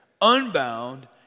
unbound